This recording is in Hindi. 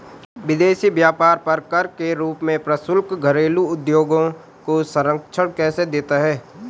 विदेशी व्यापार पर कर के रूप में प्रशुल्क घरेलू उद्योगों को संरक्षण कैसे देता है?